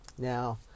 Now